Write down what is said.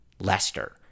Lester